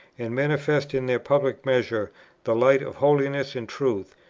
and manifest in their public measures the light of holiness and truth,